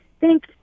thank